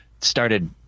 started